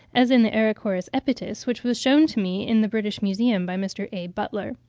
as in the aricoris epitus, which was shewn to me in the british museum by mr. a. butler.